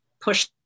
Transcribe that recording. push